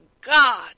God